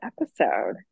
episode